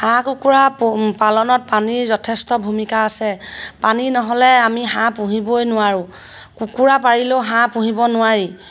হাঁহ কুকুৰা পু পালনত পানীৰ যথেষ্ট ভূমিকা আছে পানী নহ'লে আমি হাঁহ পুহিবই নোৱাৰোঁ কুকুৰা পাৰিলেও হাঁহ পুহিব নোৱাৰি